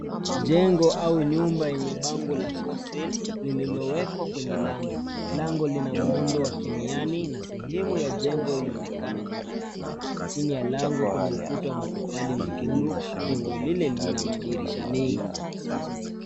Jengo au nyumba yenye bango la for sale lililowekwa kwenye lango, lango linamuundo wa kimiani na sehemu ya jengo inaonekana nyuma yake chini ya lango kuna ukuta wa matofali mekundu jengo lile linamadirisha mengi.